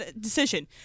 decision